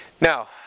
Now